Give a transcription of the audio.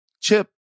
Chip